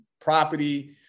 property